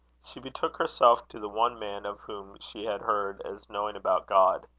she betook herself to the one man of whom she had heard as knowing about god.